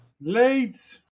Late